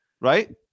right